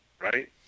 right